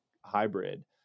hybrid